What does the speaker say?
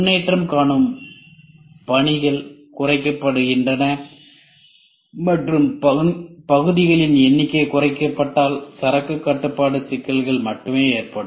முன்னேற்றம் காணும் பணிகள் குறைக்கப்படுகின்றன மற்றும் பகுதிகளின் எண்ணிக்கை குறைக்கப்பட்டால்சரக்குக் கட்டுப்பாட்டு சிக்கல்கள் மட்டுமே ஏற்படும்